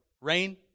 rain